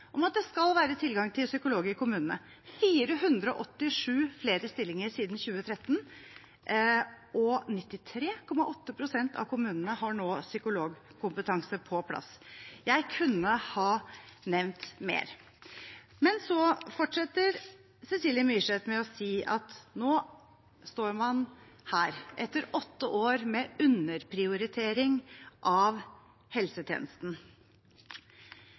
om at det skal være tilgang til psykolog i kommunene. Det er 487 flere stillinger siden 2013, og 93,8 pst. av kommunene har nå psykologkompetanse på plass. Jeg kunne ha nevnt mer. Så fortsetter Cecilie Myrseth med å si at nå står man her, etter åtte år med underprioritering av helsetjenesten.